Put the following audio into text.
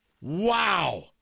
Wow